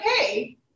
okay